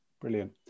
Brilliant